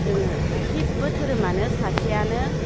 जोङो गासिबो धोरोमानो सासेयानो